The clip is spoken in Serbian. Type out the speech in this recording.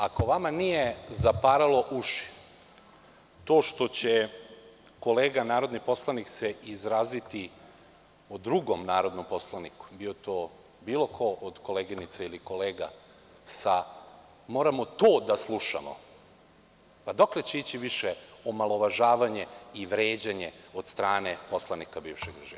Ako vama nije zaparalo uši to što će se kolega narodni poslanik izraziti o drugom narodnom poslaniku, bio to bilo ko od koleginica i kolega, sa – moramo to da slušamo, pa dokle će ići više omalovažavanje i vređanje od strane poslanika bivšeg režima?